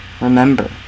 Remember